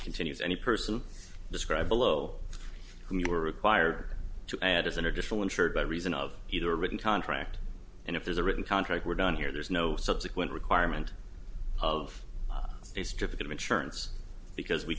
continues any person described below whom you are required to add as an additional insured by reason of either a written contract and if there's a written contract we're done here there's no subsequent requirement of distributive insurance because we